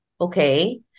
Okay